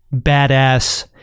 badass